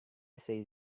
say